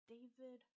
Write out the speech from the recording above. David